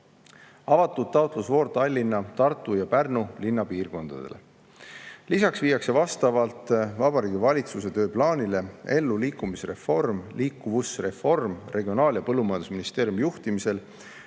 Avatud on taotlusvoor Tallinna, Tartu ja Pärnu linnapiirkondadele. Lisaks viiakse vastavalt Vabariigi Valitsuse tööplaanile ellu liikuvusreform Regionaal- ja Põllumajandusministeeriumi juhtimisel